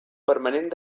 permanent